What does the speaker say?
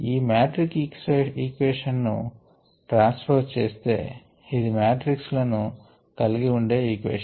ఈ matrix equation ను transpose చేస్తే ఇది మాట్రిక్స్ లను కలిగి ఉండే ఈక్వేషన్